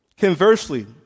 Conversely